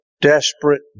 desperate